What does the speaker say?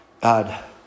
God